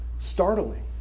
startling